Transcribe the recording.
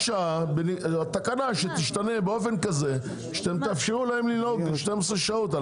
תקנה שתשתנה כך שתאפשרו להם לנהוג 12 שעות.